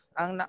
ang